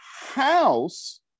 house